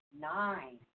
nine